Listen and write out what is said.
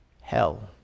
hell